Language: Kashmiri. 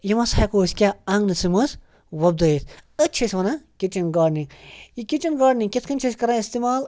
یِم ہَسا ہٮ۪کو أسۍ کیٛاہ آنٛگنہٕ سٕے منٛز وۄپدٲیِتھ أتۍ چھِ أسۍ وَنان کِچَن گاڈنِنٛگ یہِ کِچَن گاڈنِنٛگ کِتھ کٔنۍ چھِ أسۍ کَران اِستعمال